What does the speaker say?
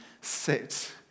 sit